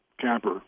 camper